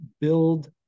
build